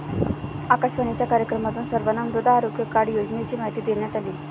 आकाशवाणीच्या कार्यक्रमातून सर्वांना मृदा आरोग्य कार्ड योजनेची माहिती देण्यात आली